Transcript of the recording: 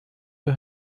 wir